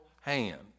hand